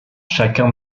chacun